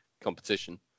competition